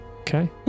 Okay